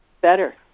Better